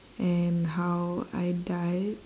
and how I died